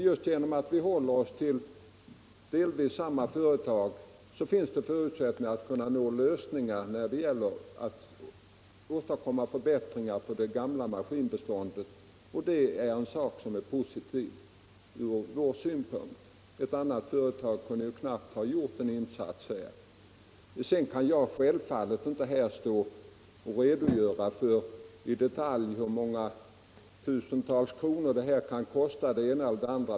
Just genom att vi håller oss till delvis samma företag finns det också förutsättningar att lösa problemen och åstadkomma förbättringar på det gamla maskinbeståndet, och det är positivt från vår synpunkt. Ett annat företag kunde knappast ha gjort en insats här. Sedan kan jag självfallet inte här i detalj redogöra för hur många tusental kronor det ena och det andra kan kosta.